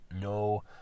no